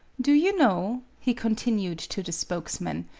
do you know, he continued to the spokesman,